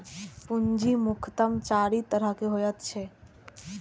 पूंजी मुख्यतः चारि तरहक होइत छैक